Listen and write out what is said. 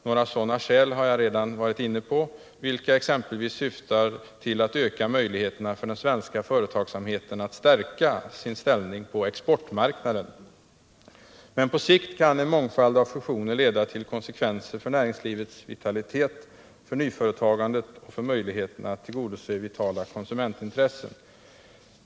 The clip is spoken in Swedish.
Några sådana skäl har jag redan antytt, exempelvis att fusionerna kan syfta till att öka möjligheterna för den svenska företagsamheten att stärka sin ställning på exportmarknaden. Men på sikt kan en mångfald av fusioner leda till konsekvenser för näringslivets vitalitet, för nyföretagandet och för möjligheterna att tillgodose vitala konsumentintressen.